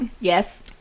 Yes